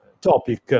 topic